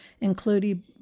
including